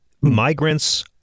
Migrants